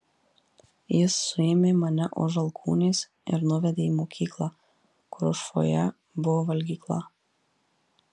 jis suėmė mane už alkūnės ir nuvedė į mokyklą kur už fojė buvo valgykla